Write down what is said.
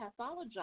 pathologize